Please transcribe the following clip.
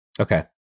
Okay